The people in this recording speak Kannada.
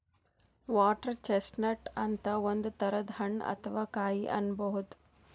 ವಾಟರ್ ಚೆಸ್ಟ್ನಟ್ ಅಂತ್ ಒಂದ್ ತರದ್ ಹಣ್ಣ್ ಅಥವಾ ಕಾಯಿ ಅನ್ಬಹುದ್